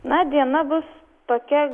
na diena bus tokia